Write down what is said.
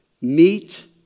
meet